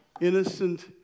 Innocent